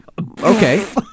Okay